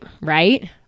right